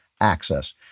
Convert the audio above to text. access